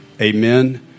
Amen